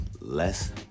less